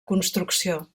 construcció